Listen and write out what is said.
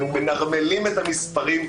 מנרמלים את המספרים,